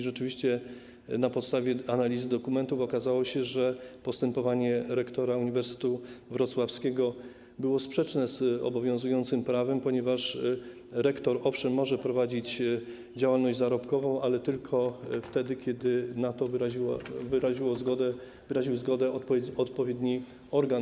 Rzeczywiście, na podstawie analizy dokumentów okazało się, że postępowanie rektora Uniwersytetu Wrocławskiego było sprzeczne z obowiązującym prawem, ponieważ rektor, owszem, może prowadzić działalność zarobkową, ale tylko wtedy, kiedy wyraził na to zgodę odpowiedni organ.